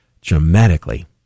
dramatically